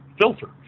filter